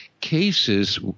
cases